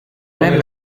même